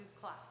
class